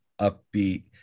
upbeat